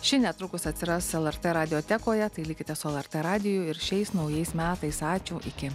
ši netrukus atsiras lrt radiotekoje tai likite su lrt radiju ir šiais naujais metais ačiū iki